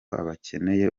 bakeneye